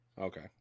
Okay